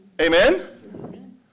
Amen